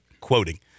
quoting